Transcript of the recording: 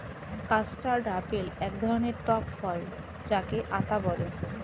custard apple এক ধরণের টক ফল যাকে আতা বলে